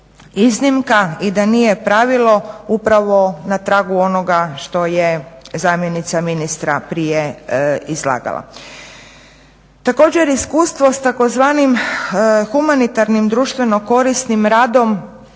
iznimka i da nije pravilo upravo na tragu onoga što je zamjenica ministra prije izlagala. Također iskustvo s tzv. humanitarnim društveno korisnim radom